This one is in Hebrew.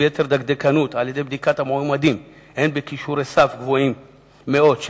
וביתר דקדקנות על-ידי בדיקת המועמדים הן בכישורי סף גבוהים מאוד,